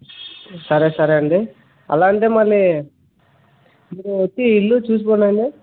సరే సరే అండి అలా అంటే మళ్ళీ మీరు వచ్చి ఇల్లు చూసిపోరా అండి డండి